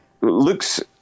looks